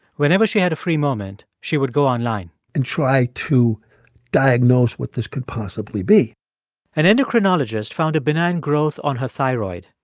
whenever she had a free moment, she would go online and try to diagnose what this could possibly be an endocrinologist found a benign growth on her thyroid.